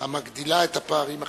המגדילה את הפערים החברתיים.